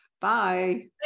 Bye